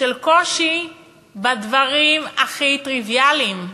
של קושי בדברים הכי טריוויאליים.